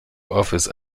office